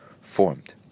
formed